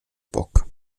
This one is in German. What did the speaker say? bock